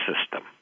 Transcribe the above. system